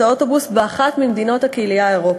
האוטובוס באחת ממדינות הקהילה האירופית.